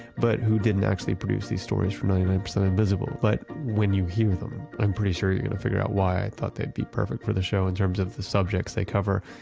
but who didn't actually produce these stories for ninety nine percent invisible. but when you hear them, i'm pretty sure you're going to figure out why, i thought they'd be perfect for the show in terms of the subjects they cover,